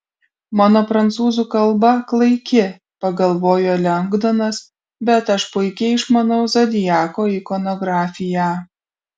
mano prancūzų kalba klaiki pagalvojo lengdonas bet aš puikiai išmanau zodiako ikonografiją